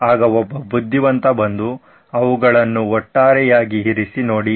ಆಗ ಒಬ್ಬ ಬುದ್ಧಿವಂತ ಬಂದು ಅವುಗಳನ್ನು ಒಟ್ಟಾರೆಯಾಗಿ ಇರಿಸಿ ನೋಡಿ